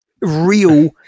real